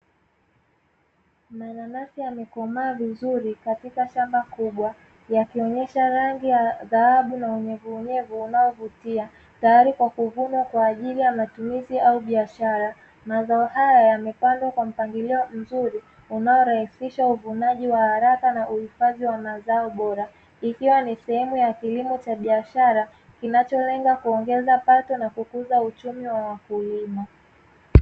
Mananasi yamekomaa vizuri katika shamba kubwa ya kionyesha rangi ya dhahabu na unyevuunyevu unaovutia tayari kwa kuvuna kwa ajili ya matumizi au biashara, mazao haya yamepandwa kwa mpangilio mzuri unaorahisisha uvunaji wa haraka na huifadhi wa mazao bora, ikiwa ni sehemu ya kilimo cha biashara kinacholenga kuongeza pato na kukuza uchumi wa wakulima.